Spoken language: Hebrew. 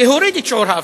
ולהוריד את שיעור האבטלה.